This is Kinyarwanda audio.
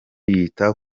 yita